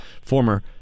former